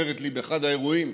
אומרת לי באחד האירועים: